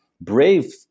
brave